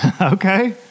Okay